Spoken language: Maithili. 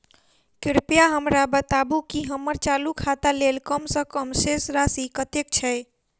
कृपया हमरा बताबू की हम्मर चालू खाता लेल कम सँ कम शेष राशि कतेक छै?